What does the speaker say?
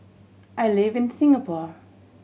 I live in Singapore